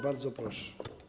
Bardzo proszę.